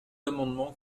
amendements